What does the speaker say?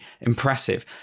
impressive